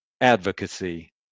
advocacy